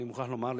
אני מוכרח לומר,